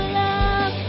love